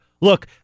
Look